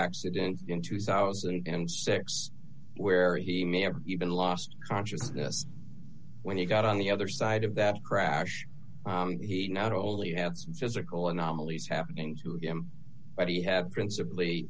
accident in two thousand and six where he may have even lost consciousness when he got on the other side of that crash he not only have physical anomalies happening to him but he have principally